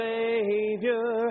Savior